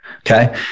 okay